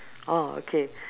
oh okay